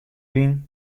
wyn